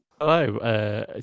Hello